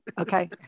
Okay